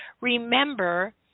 Remember